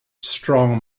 strong